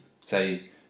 say